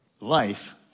Life